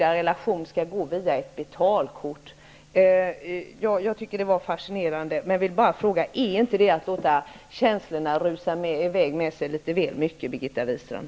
Det var, som sagt, fascinerande att höra detta. Men jag måste fråga: Att uttala sig så, är inte det att låta känslorna rusa i väg och att låta dem styra litet väl mycket, Birgitta Wistrand?